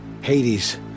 Hades